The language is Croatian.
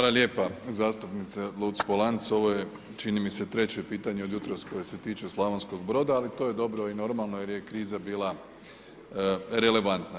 Hvala lijepa zastupnice Luc-Polanc, ovo je čini mi se treće pitanje od jutros koje se tiče Slavonskog Broda, ali to je dobro i normalno jer je kriza bila relevantna.